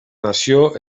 nació